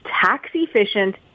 tax-efficient